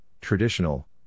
traditional